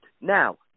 Now